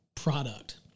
product